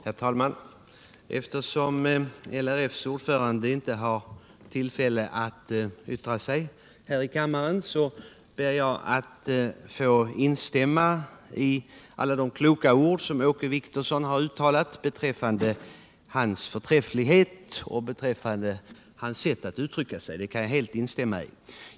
Herr talman! Eftersom LRF:s ordförande inte har tillfälle att uttala sig här i kammaren ber jag att få instämma i alla de kloka ord som Åke Wictorsson har uttalat beträffande hans förträfflighet och hans sätt att uttrycka sig. Det kan jag helt instämma i.